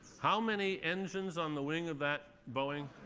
how many engines on the wing of that boeing?